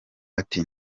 ati